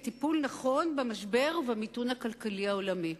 לטיפול נכון במשבר ובמיתון הכלכלי העולמי.